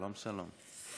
שלום שלום.